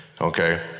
Okay